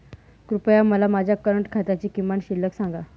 कृपया मला माझ्या करंट खात्याची किमान शिल्लक सांगा